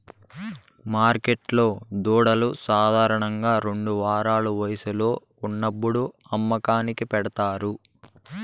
మార్కెట్లో దూడలు సాధారణంగా రెండు వారాల వయస్సులో ఉన్నప్పుడు అమ్మకానికి పెడతారు